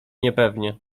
niepewnie